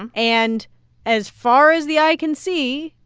um and as far as the eye can see,